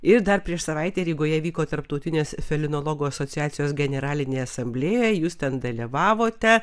ir dar prieš savaitę rygoje vyko tarptautinės felinologų asociacijos generalinė asamblėja jūs ten dalyvavote